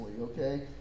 okay